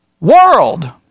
world